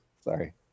Sorry